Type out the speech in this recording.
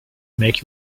make